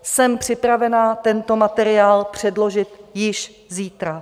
Jsem připravena tento materiál předložit již zítra.